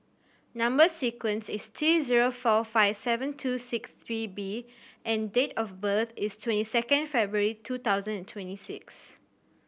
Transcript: number sequence is T zero four five seven two six three B and date of birth is twenty second February two thousand and twenty six